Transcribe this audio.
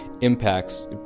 impacts